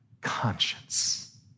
conscience